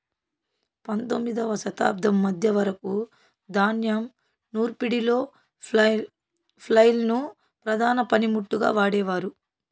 పందొమ్మిదవ శతాబ్దం మధ్య వరకు ధాన్యం నూర్పిడిలో ఫ్లైల్ ను ప్రధాన పనిముట్టుగా వాడేవారు